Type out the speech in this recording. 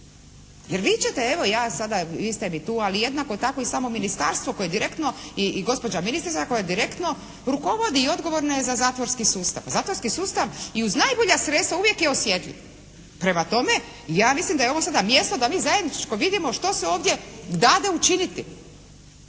Jer vi ćete, evo ja sada, vi ste mi tu ali jednako tako i samo Ministarstvo koje direktno, i gospođa ministrica koja direktno rukovodi i odgovorna je za zatvorski sustav. Zatvorski sustav i uz najbolja sredstva uvijek je osjetljiv. Prema tome ja mislim da je ovo sada mjesto da mi zajednički vidimo što se ovdje dade učiniti?